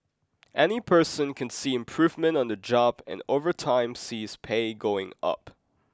any person can see improvement on the job and over time see his pay going up